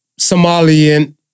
Somalian